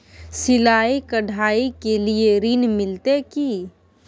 सिलाई, कढ़ाई के लिए ऋण मिलते की?